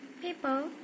People